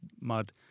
mud